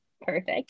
Perfect